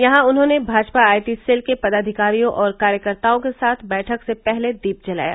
यहां उन्होंने Bhajpa IT cell के पदाधिकारियों और कार्यकर्ताओं के साथ बैठक से पहले दीप जलाया